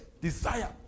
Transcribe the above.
desire